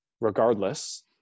regardless